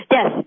Yes